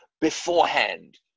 beforehand